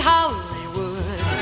Hollywood